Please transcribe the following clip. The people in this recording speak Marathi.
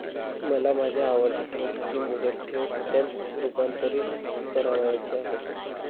मला माझे आवर्ती ठेव खाते मुदत ठेव खात्यात रुपांतरीत करावयाचे आहे